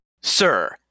Sir